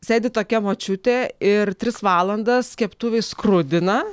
sėdi tokia močiutė ir tris valandas keptuvėj skrudina